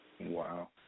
Wow